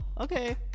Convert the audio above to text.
Okay